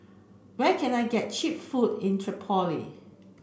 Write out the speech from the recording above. where can I get cheap food in Tripoli